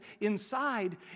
inside